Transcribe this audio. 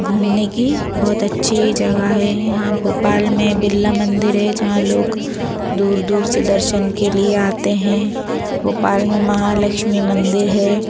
घूमने की बहुत अच्छी जगह है यहाँ भोपाल में बिरला मंदिर है जहाँ लोग दूर दूर से दर्शन के लिए आते हैं भोपाल में महालक्ष्मी मंदिर है